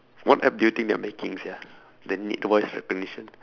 what app do you think they are making sia that need voice recognition